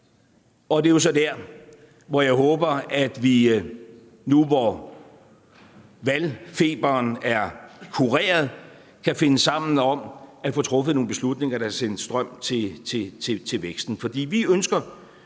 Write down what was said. Og det er jo så dér, hvor jeg håber at vi nu, hvor valgfeberen er slået ned, kan finde sammen om at få truffet nogle beslutninger, der kan sætte strøm til væksten.